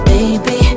Baby